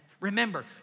Remember